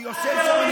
שיושב שם,